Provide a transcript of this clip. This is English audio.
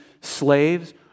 slaves